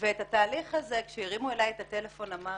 ואת התהליך הזה, כשהרימו אליי את הטלפון, אמרתי,